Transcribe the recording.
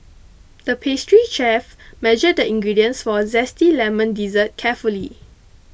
the pastry chef measured the ingredients for a Zesty Lemon Dessert carefully